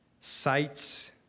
sights